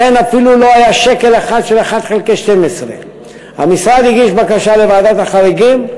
אפילו לא היה שקל אחד של 1 חלקי 12. המשרד הגיש בקשה לוועדת החריגים,